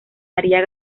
maría